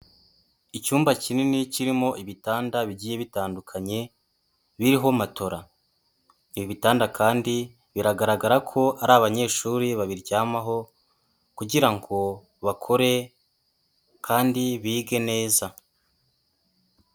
Icyumba kinini kirimo ibitanda bigiye bitandukanye, biriho matora, ibi bitanda kandi biragaragara ko ari abanyeshuri babiryamaho kugira ngo bakore kandi bige neza.